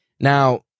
Now